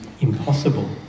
impossible